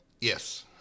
Yes